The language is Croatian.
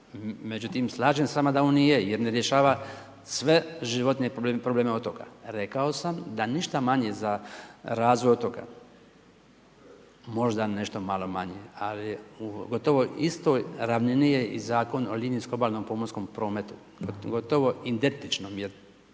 Međutim, slažem se s vama da on nije, jer ne rješava, sve životne probleme otoka. Rekao sam, da ništa manje za razvoj otoka, možda nešto malo manje, ali gotovo u istoj ravnini je i Zakon o linijskom obalnom pomorskom prometu, pogotovo identičnom, jer